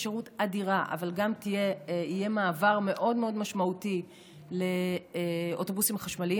שירות אדירה אבל גם יהיה מעבר מאוד מאוד משמעותי לאוטובוסים חשמליים,